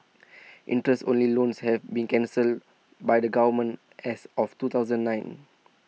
interest only loans have been cancelled by the government as of two thousand and nine